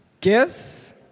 Guess